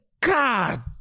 God